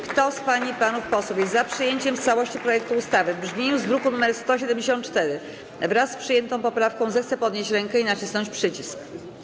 Kto z pań i panów posłów jest za przyjęciem w całości projektu ustawy w brzmieniu z druku nr 174, wraz z przyjętą poprawką, zechce podnieść rękę i nacisnąć przycisk.